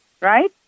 right